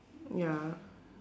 ya